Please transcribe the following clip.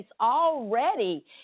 already